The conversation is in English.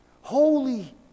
holy